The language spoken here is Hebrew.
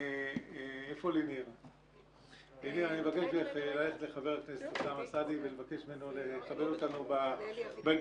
אני מבקש ללכת לחבר הכנסת אוסמה סעדי ולבקש ממנו לכבד אותנו בדיון.